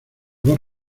dos